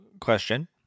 Question